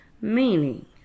meaning